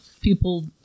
people